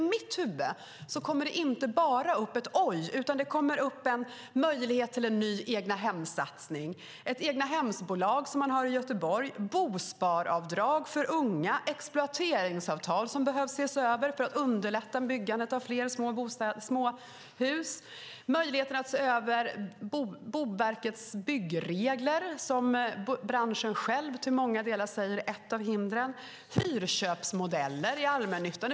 I mitt huvud kommer det inte bara upp ett "oj" utan möjlighet till en ny egnahemssatsning, ett egnahemsbolag såsom man har i Göteborg, bosparavdrag för unga, möjligheten att se över exploateringsavtal för att underlätta byggandet av fler småhus, möjligheten att se över Boverkets byggregler som branschen själv säger till många delar är ett av hindren, hyrköpsmodeller i allmännyttan.